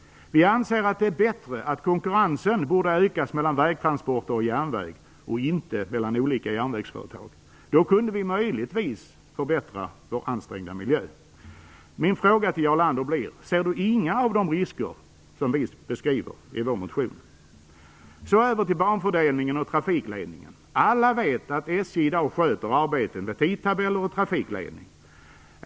Vi anser att det är bättre att konkurrensen ökas mellan vägtransporter och järnväg och inte mellan olika järnvägsföretag. Då kunde vi möjligtvis förbättra vår ansträngda miljö. Min fråga till Jarl Lander blir följande: Ser han inga av de risker som vi beskriver i vår motion? Så över till banfördelningen och trafikledning. Alla vet att SJ i dag sköter arbetet med tidtabeller och trafikledning.